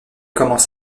commence